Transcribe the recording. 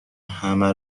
همه